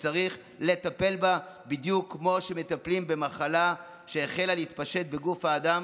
וצריך לטפל בה בדיוק כמו שמטפלים במחלה שהחלה להתפשט בגוף האדם